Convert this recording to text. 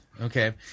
Okay